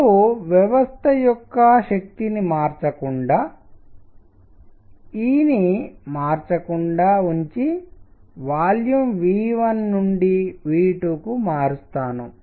ఇప్పుడు వ్యవస్థ యొక్క శక్తిని మార్చకుండా E ని మార్చకుండా ఉంచి వాల్యూమ్ V1 నుండి V2 కు మారుస్తాను